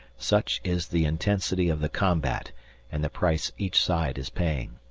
such is the intensity of the combat and the price each side is paying.